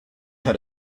had